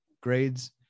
grades